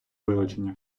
вилучення